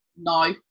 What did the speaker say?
no